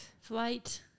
Flight